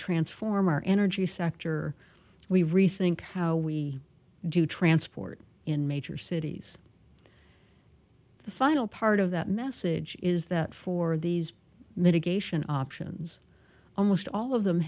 transform our energy sector we rethink how we do transport in major cities the final part of that message is that for these mitigation options almost all of them